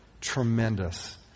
tremendous